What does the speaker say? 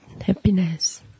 happiness